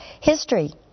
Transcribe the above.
history